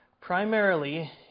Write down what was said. primarily